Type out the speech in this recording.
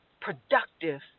productive